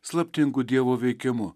slaptingu dievo veikimu